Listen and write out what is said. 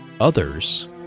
others